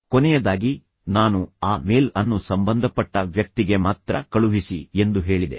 ಕೊನೆಯದಾಗಿ ನಾನು ಆ ಮೇಲ್ ಅನ್ನು ಸಂಬಂಧಪಟ್ಟ ವ್ಯಕ್ತಿಗೆ ಮಾತ್ರ ಕಳುಹಿಸಿ ಎಂದು ಹೇಳಿದೆ